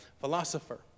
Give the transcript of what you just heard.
philosopher